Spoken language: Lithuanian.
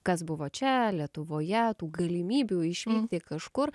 kas buvo čia lietuvoje tų galimybių išvykti kažkur